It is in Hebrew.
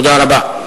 תודה רבה.